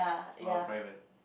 err private